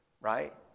right